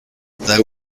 they